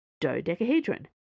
Dodecahedron